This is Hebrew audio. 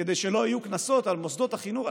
כדי שלא יהיו קנסות על מוסדות החינוך?